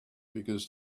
because